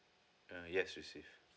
uh yes received